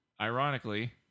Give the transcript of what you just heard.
ironically